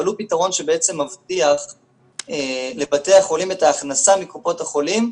אבל הוא פתרון שמבטיח לבתי החולים את ההכנסה מקופות החולים,